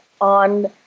on